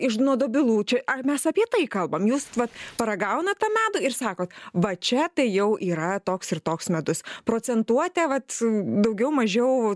iž nuo dobilų čia ar mes apie tai kalbam jūs vat pagaunat tą medų ir sakot va čia tai jau yra toks ir toks medus procentuotė vat daugiau mažiau